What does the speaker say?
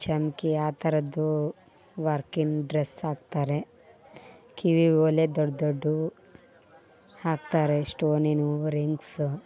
ಚಮಕಿ ಆ ಥರದ್ದು ವರ್ಕಿನ ಡ್ರೆಸ್ ಹಾಕ್ತಾರೆ ಕಿವಿ ಓಲೆ ದೊಡ್ಡ ದೊಡ್ದವು ಹಾಕ್ತಾರೆ ಶ್ಟೋನಿನವು ರಿಂಗ್ಸ್